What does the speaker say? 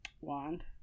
wand